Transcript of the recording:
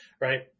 right